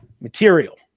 material